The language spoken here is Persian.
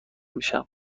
میشم